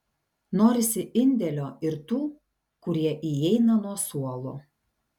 norisi indėlio ir tų kurie įeina nuo suolo